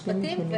משפטים.